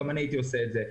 גם אני הייתי עושה את זה.